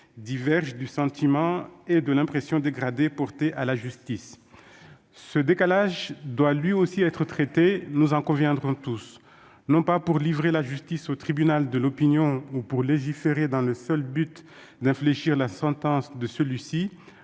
diverge du sentiment et de l'impression dégradés qu'on ressent envers la justice. Ce décalage doit lui aussi être traité, nous en conviendrons tous. Il doit l'être non pas pour livrer la justice au tribunal de l'opinion, ou encore pour légiférer dans le seul but d'infléchir la sentence de celui-ci,